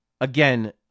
again